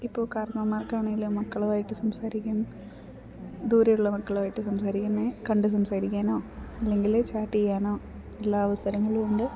ഇപ്പോൾ കാർണവന്മാർക്ക് ആണേലും മക്കളുമായിട്ട് സംസാരിക്കാൻ ദൂരെയുള്ള മക്കൾ ആയിട്ട് സംസാരിക്കുന്നത് കണ്ടു സംസാരിക്കാനോ അല്ലെങ്കിൽ ചാറ്റ് ചെയ്യാനോ എല്ലാ അവസരങ്ങളും ഉണ്ട്